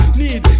need